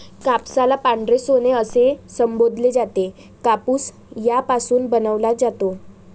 कापसाला पांढरे सोने असेही संबोधले जाते, कापूस यापासून बनवला जातो